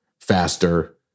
faster